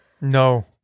No